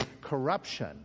corruption